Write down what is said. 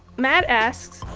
matt asks,